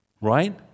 Right